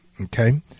Okay